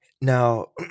Now